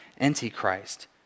Antichrist